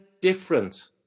different